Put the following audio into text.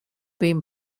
been